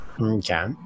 Okay